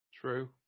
True